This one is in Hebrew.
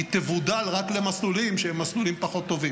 היא תבודל רק למסלולים שהם מסלולים פחות טובים.